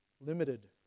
limited